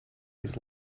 his